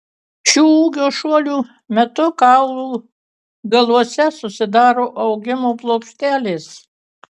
šių ūgio šuolių metu kaulų galuose susidaro augimo plokštelės